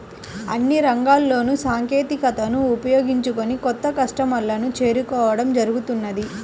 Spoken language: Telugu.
అన్ని రంగాల్లోనూ సాంకేతికతను ఉపయోగించుకొని కొత్త కస్టమర్లను చేరుకోవడం జరుగుతున్నది